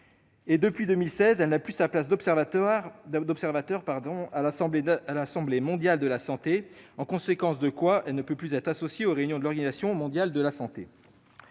Depuis 2016, elle ne dispose plus de sa place d'observateur à l'Assemblée mondiale de la santé, en conséquence de quoi elle ne peut plus être associée aux réunions de l'Organisation mondiale de la santé.